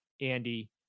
Andy